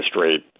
rate